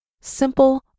simple